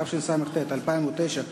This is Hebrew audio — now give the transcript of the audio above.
התשס”ט 2009,